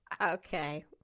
okay